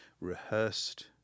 rehearsed